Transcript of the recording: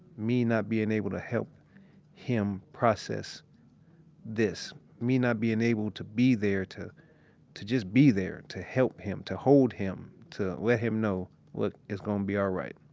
me not bein' able to help him process this, me not bein' able to be there to to just be there to help him, to hold him to let him know, look. it's gonna be all right.